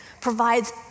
provides